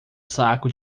saco